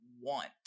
want